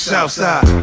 Southside